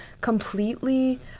completely